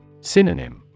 Synonym